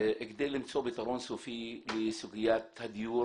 כדי למצוא פתרון סופי לסוגיית הדיור